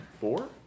four